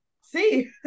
see